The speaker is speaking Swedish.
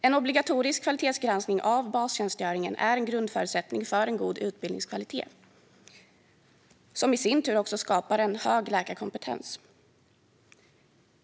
En obligatorisk kvalitetsgranskning av bastjänstgöringen är en grundförutsättning för en god utbildningskvalitet som i sin tur skapar en hög läkarkompetens.